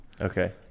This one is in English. Okay